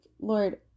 Lord